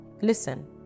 listen